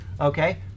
okay